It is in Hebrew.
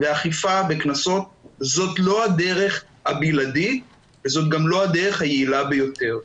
ואכיפה בקנסות זאת לא הדרך הבלעדית וזאת גם לא הדרך היעילה ביותר.